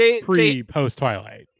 pre-post-Twilight